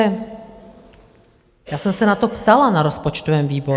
Já jsem se na to ptala na rozpočtovém výboru.